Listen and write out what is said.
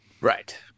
Right